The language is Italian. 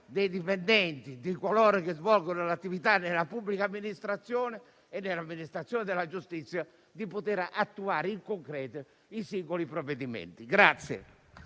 dei dipendenti, di coloro che svolgono la propria attività nella pubblica amministrazione e dell'amministrazione della giustizia di attuare in concreto i singoli provvedimenti.